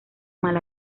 mal